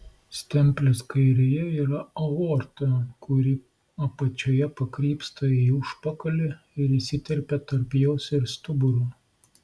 stemplės kairėje yra aorta kuri apačioje pakrypsta į užpakalį ir įsiterpia tarp jos ir stuburo